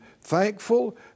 thankful